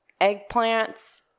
Eggplants